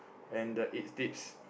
and the eat tips